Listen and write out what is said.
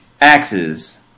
axes